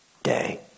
Day